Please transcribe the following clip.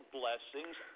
blessings